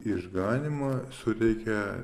išganymą suteikia